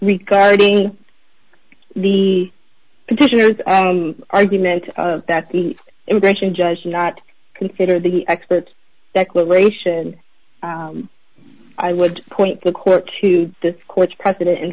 regarding the petitioner's argument that the immigration judge not consider the experts declaration i would point the court to this court's precedent in